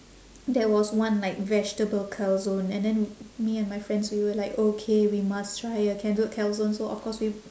there was one like vegetable calzone and then me and my friends we were like okay we must try a cal~ calzone so of course we